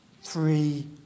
three